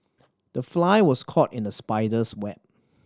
the fly was caught in the spider's web